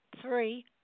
three